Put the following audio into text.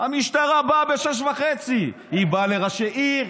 המשטרה באה ב-06:30, היא באה לראשי עיר,